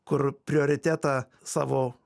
kur prioritetą savo